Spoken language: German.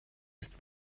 ist